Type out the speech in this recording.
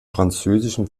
französischen